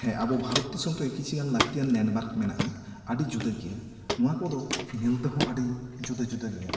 ᱦᱮᱸ ᱟᱵᱚ ᱵᱷᱟᱨᱚᱛ ᱫᱤᱥᱚᱢ ᱨᱮ ᱠᱤᱪᱷᱩ ᱜᱟᱱ ᱞᱟᱹᱠᱛᱤᱭᱟᱱ ᱞᱮᱱᱰᱢᱟᱨᱠ ᱢᱮᱱᱟᱜᱼᱟ ᱟᱹᱰᱤ ᱡᱩᱫᱟ ᱜᱮᱭᱟ ᱱᱚᱣᱟ ᱠᱚ ᱫᱚ ᱧᱮᱞ ᱛᱮᱦᱚᱸ ᱟᱹᱰᱤ ᱡᱩᱫᱟᱹ ᱡᱩᱫᱟᱹ ᱜᱮᱭᱟ